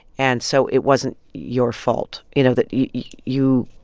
and so it wasn't your fault, you know, that you